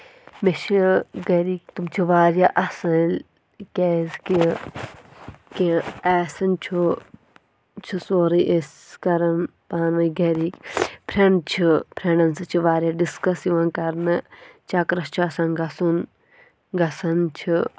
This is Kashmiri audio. مےٚ چھِ گَرِکۍ تِم چھِ واریاہ اَصٕل کیٛازِ کہِ کینٛہہ آسن چھُ سورُے أسۍ کَرَان پانہٕ ؤنۍ گَرِکۍ فرٛٮ۪نٛڈ چھِ فرٛٮ۪نٛڈَن سۭتۍ چھِ واریاہ ڈِسکَس یِوَان کَرنہٕ چَکرَس چھُ آسان گژھُن گژھان چھِ